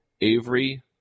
Avery